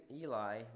Eli